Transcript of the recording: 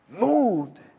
moved